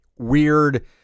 weird